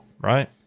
right